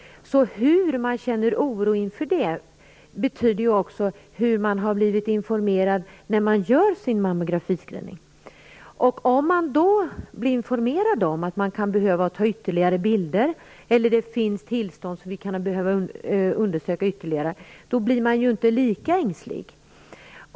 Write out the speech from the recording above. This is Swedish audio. Den oro de känner inför det beror på hur de blev informerade när undersökningen gjordes. Om man blir informerad om att det kan behöva tas ytterligare bilder eller att det finns tillstånd som kan behöva undersökas ytterligare, blir man inte lika ängslig.